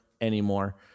anymore